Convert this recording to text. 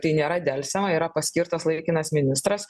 tai nėra delsiama yra paskirtas laikinas ministras